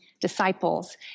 disciples